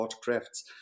crafts